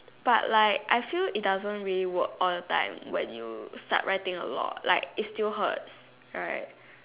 but like I feel it doesn't really work all the time when you start writing a lot like it still hurts right